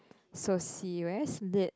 so serious did